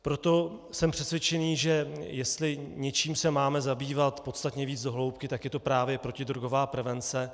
Proto jsem přesvědčený, že jestli se něčím máme zabývat podstatně více do hloubky, tak je to právě protidrogová prevence.